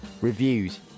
Reviews